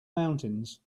mountains